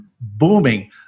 booming